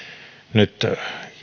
nyt